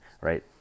right